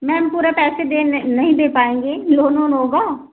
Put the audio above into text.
ma'am पूरे पैसे दे नहीं दे पाएँगे लोन वोन होगा